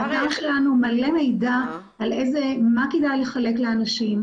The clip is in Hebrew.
האתר שלנו מלא מידע על מה כדאי לחלק לאנשים,